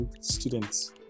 students